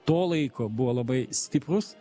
to laiko buvo labai stiprūs